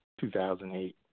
2008